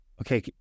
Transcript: Okay